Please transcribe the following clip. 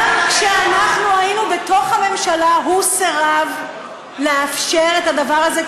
גם כשאנחנו היינו בממשלה הוא סירב לאפשר את הדבר הזה,